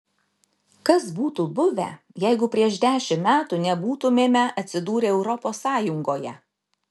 kas būtų buvę jeigu prieš dešimt metų nebūtumėme atsidūrę europos sąjungoje